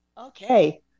Okay